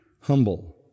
humble